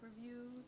reviews